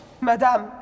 Madame